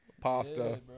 pasta